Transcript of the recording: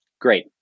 great